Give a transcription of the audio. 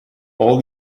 all